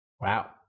wow